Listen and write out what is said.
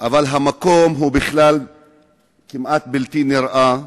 אבל המקום כמעט בלתי נראה,